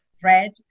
thread